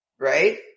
Right